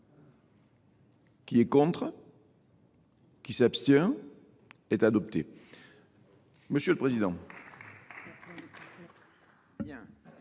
qui est contre, qui s'abstient, est adopté. Monsieur le Président.